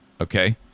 Okay